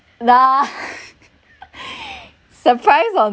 lah surprise or